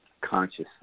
conscious